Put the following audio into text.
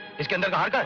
is going to be